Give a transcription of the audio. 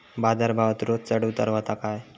बाजार भावात रोज चढउतार व्हता काय?